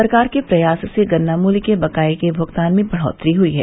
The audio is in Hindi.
सरकार के प्रयास से गन्ना मूल्य के बकाये के भूगतान में भी बढ़ोत्तरी हई है